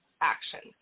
actions